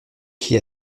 qui